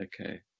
Okay